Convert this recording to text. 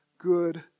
good